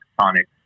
Sonic